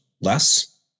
less